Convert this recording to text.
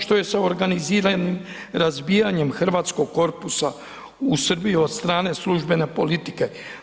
Što je sa organiziranim razbijanjem hrvatskog korpusa u Srbiji od strane službene politike?